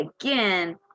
again